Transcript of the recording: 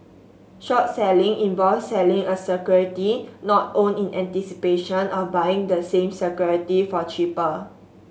short selling involves selling a security not owned in anticipation of buying the same security for cheaper